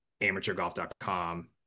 amateurgolf.com